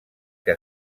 que